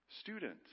student